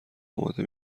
اماده